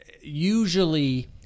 usually